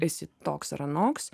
esi toks ar anoks